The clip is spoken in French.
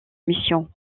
missions